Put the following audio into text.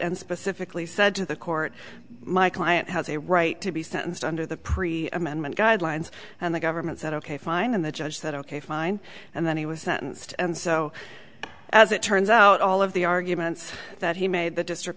and specifically said to the court my client has a right to be sentenced under the pre amendment guidelines and the government said ok fine and the judge said ok fine and then he was sentenced and so as it turns out all of the arguments that he made the district